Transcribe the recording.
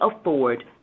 afford